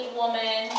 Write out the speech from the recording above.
woman